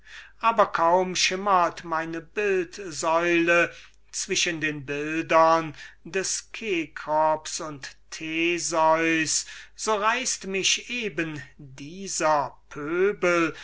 aber kaum schimmert meine bildsäule zwischen den bildern des cecrops und theseus so reißt mich eben dieser pöbel